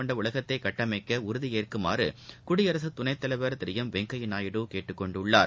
கொண்ட உலகத்தைக்கட்டமைக்கஉறுதியேற்குமாறுகுடியரசுதுணைத்தலைவர் திருளம் வெங்கையநாயுடு கேட்டுக்கொண்டுள்ளார்